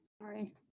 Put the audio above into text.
Sorry